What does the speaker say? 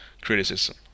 criticism